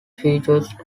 featured